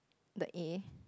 the A